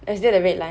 is it the red line